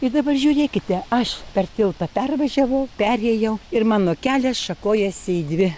ir dabar žiūrėkite aš per tiltą pervažiavau perėjau ir mano kelias šakojasi į dvi